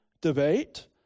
debate